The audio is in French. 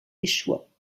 échoua